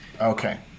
okay